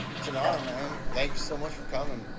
it's an honor, man. thank you so much for coming.